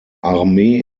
armee